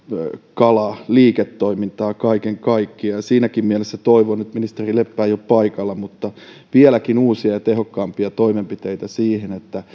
kalaliiketoimintaa kaiken kaikkiaan siinäkin mielessä toivon ministeri leppä ei ole paikalla vieläkin uusia ja tehokkaampia toimenpiteitä siihen että